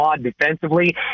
Defensively